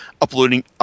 uploading